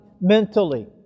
mentally